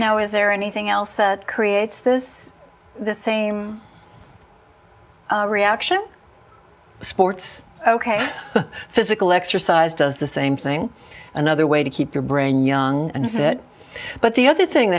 now is there anything else that creates this the same reaction sports ok physical exercise does the same thing another way to keep your brain young and fit but the other thing